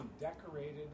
decorated